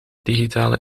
digitale